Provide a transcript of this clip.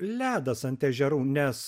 ledas ant ežerų nes